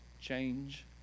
change